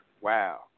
wow